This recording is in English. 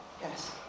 Yes